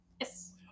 yes